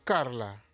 Carla